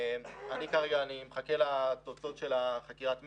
כרגע אני מחכה לתוצאות חקירת מצ"ח.